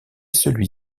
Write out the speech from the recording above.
celui